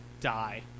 die